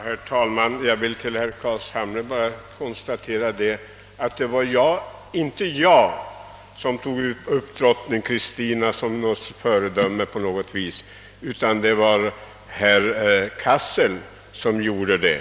Herr talman! I anledning av herr Carlshamres yttrande vill jag bara konstatera att det inte var jag som pekade på drottning Kristina som något föredöme, utan att det var herr Cassel som gjorde det.